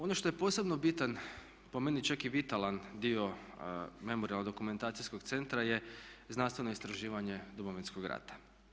Ono što je posebno bitan po meni čak i vitalan dio memorijalno-dokumentacijskog centra jest znanstveno istraživanje Domovinskog rata.